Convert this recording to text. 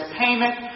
payment